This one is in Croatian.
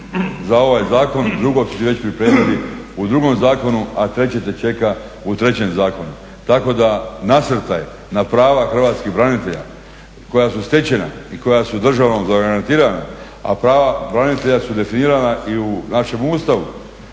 za ovaj zakon drugo su već pripremili u drugom zakonu, a treće te čeka u trećem zakonu. tako da nasrtaj na prava hrvatskih branitelja koja su stečena i koja su državom zagarantirana, a prava branitelja su definirana i u našem Ustavu